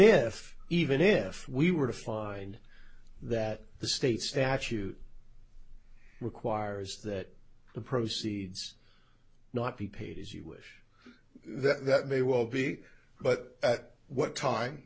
if even if we were to find that the state statute requires that the proceeds not be paid as you wish that may well be but at what time